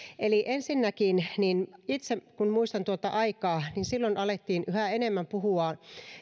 eli ensinnäkin itse kun muistan tuota aikaa niin silloin alettiin yhä enemmän puhua